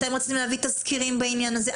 אתם רציתם להביא תזכירים בעניין הזה,